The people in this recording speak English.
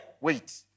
Wait